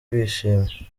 bishimye